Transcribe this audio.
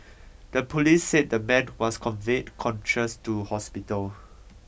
the police said the man was conveyed conscious to hospital